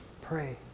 Pray